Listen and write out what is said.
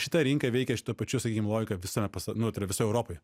šita rinka veikia šita pačia sakykim logika visame pasa nu tai yra visoj europoj